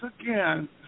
again